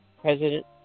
president